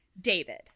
David